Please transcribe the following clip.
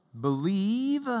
believe